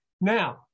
Now